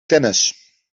tennis